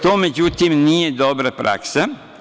To, međutim, nije dobra praksa.